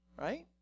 right